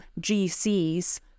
gcs